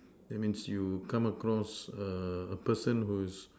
that means you come across a person who's